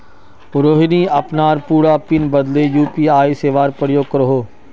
रोहिणी अपनार पूरा पिन बदले यू.पी.आई सेवार प्रयोग करोह